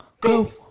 go